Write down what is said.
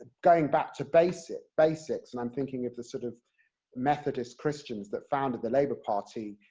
going back to basic basics, and i'm thinking of the sort of methodist christians that founded the labour party,